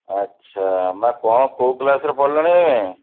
ଆଚ୍ଛା ମାଆ କ'ଣ କେଉଁ କ୍ଲାସ୍ରେ ପଢ଼ିଲଣି ଏଇନେ